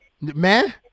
man